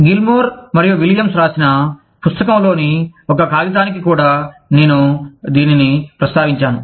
Gilmore మరియు విలియమ్స్రాసిన పుస్తకంలోని ఒక కాగితానికి కూడా నేను దీనిని ప్రస్తావించాను